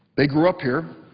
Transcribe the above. they grew up here.